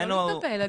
לא להתנפל.